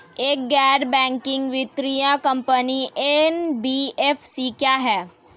एक गैर बैंकिंग वित्तीय कंपनी एन.बी.एफ.सी क्या है?